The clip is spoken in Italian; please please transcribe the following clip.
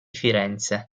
firenze